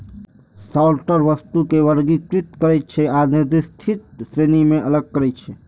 sorter वस्तु कें वर्गीकृत करै छै आ निर्दिष्ट श्रेणी मे अलग करै छै